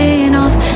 enough